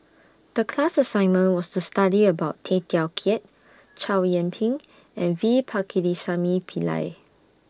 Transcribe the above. The class assignment was to study about Tay Teow Kiat Chow Yian Ping and V Pakirisamy Pillai